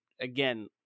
again